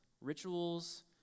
Rituals